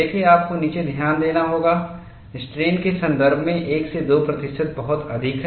देखें आपको नीचे ध्यान देना होगा स्ट्रेन के संदर्भ में 1 से 2 प्रतिशत बहुत अधिक है